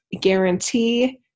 guarantee